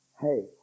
Hey